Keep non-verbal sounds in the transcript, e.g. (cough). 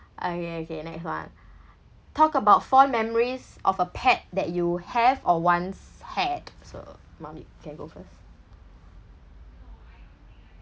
okay okay next one (breath) talk about fond memories of a pet that you have or once had so mommy you can go first